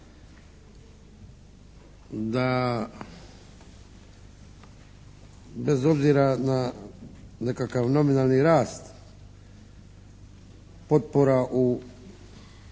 da bez obzira na nekakav nominalni rast potpora u